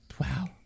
Wow